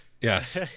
Yes